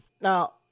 Now